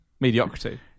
Mediocrity